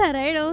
right